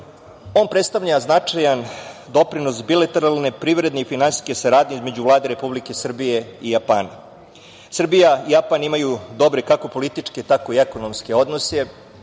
on predstavlja značajan doprinos bilateralne, privredne i finansijske saradnje između Vlade Republike Srbije i Japana. Srbija i Japan imaju dobre kako političke, tako i ekonomske odnose.